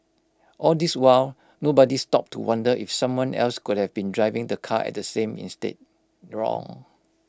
all this while nobody stopped to wonder if someone else could have been driving the car at the same instead wrong